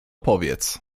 powiedz